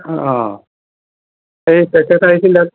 অঁ এই তেখেত আহিছিলে